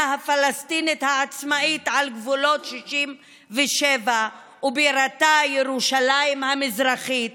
הפלסטינית העצמאית על גבולות 67' ובירתה ירושלים המזרחית